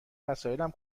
وسایلم